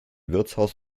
wirtshaus